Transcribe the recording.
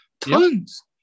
Tons